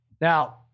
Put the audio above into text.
Now